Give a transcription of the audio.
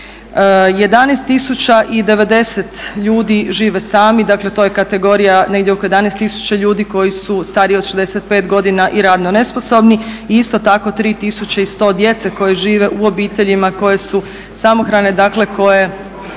11090 ljudi žive sami, dakle to je kategorija negdje oko 11000 ljudi koji su stariji od 65 godina i radno nesposobni i isto tako 3100 djece koja žive u obitelji koje su samohrane, dakle koje